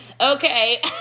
Okay